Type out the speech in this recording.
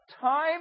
Time